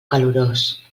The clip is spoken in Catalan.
calorós